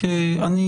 הם